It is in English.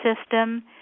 system